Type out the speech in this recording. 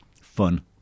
Fun